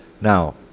Now